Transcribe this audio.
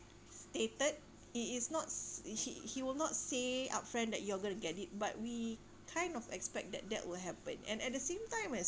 stated it is not he he will not say upfront that you're going to get it but we kind of expect that that will happen and at the same time it's